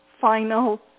final